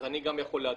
גם אני יכול להדריך,